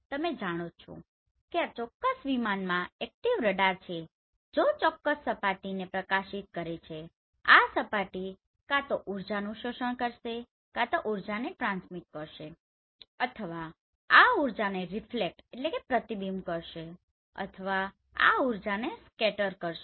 તમે જાણો જ છો કે આ એક ચોક્કસ વિમાનમાં એક્ટીવ રડાર છે જે ચોક્કસ સપાટીને પ્રકાશિત કરે છે આ સપાટી કાં તો ઉર્જાનું શોષણ કરશેકાંતો ઉર્જાને ટ્રાન્સમીટ કરશે અથવા આ ઉર્જાને રીફ્લેકટRefectપ્રતિબિંબિત કરશે અથવા આ ઉર્જાને સકેટર કરશે